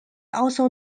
also